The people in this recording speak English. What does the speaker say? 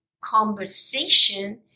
conversation